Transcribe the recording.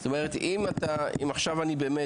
מנהלים את הדיון הזה, ואני מבקש